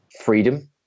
freedom